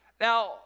Now